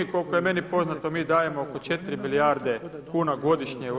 Koliko je meni poznato mi dajemo oko 4 milijarde kuna godišnje u EU.